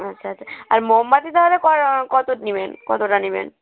আচ্ছা আচ্ছা আর মোমবাতি তাহলে ক কত নেবেন কতটা নেবেন